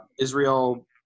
Israel